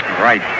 Right